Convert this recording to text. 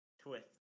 twist